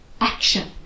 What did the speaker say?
action